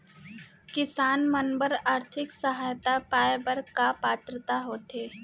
किसान मन बर आर्थिक सहायता पाय बर का पात्रता होथे?